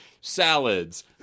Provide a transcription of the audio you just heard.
salads